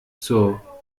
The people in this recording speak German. zur